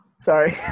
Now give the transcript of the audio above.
Sorry